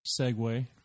segue